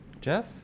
Jeff